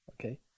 okay